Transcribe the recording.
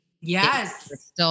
Yes